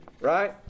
right